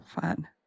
fun